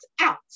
out